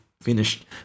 finished